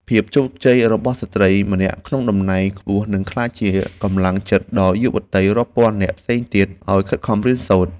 ភាពជោគជ័យរបស់ស្ត្រីម្នាក់ក្នុងតំណែងខ្ពស់នឹងក្លាយជាកម្លាំងចិត្តដល់យុវតីរាប់ពាន់នាក់ផ្សេងទៀតឱ្យខិតខំរៀនសូត្រ។